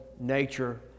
nature